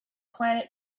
planet